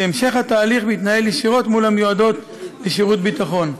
והמשך התהליך מתנהל ישירות מול המיועדות לשירות ביטחון.